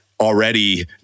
Already